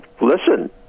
listen